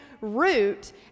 root